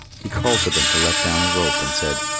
he called to them to let down a rope, and said,